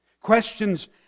Questions